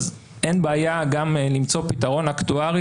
אז אין גם בעיה למצוא פתרון אקטוארי